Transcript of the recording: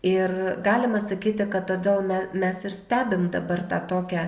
ir galima sakyti kad todėl me mes ir stebim dabar tą tokią